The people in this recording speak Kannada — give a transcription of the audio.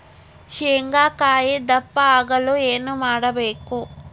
ಶೇಂಗಾಕಾಯಿ ದಪ್ಪ ಆಗಲು ಏನು ಮಾಡಬೇಕು?